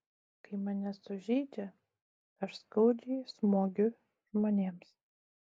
kai mane sužeidžia aš skaudžiai smogiu žmonėms